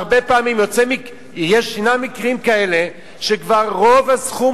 והרבה פעמים ישנם מקרים כאלה שכבר רוב הסכום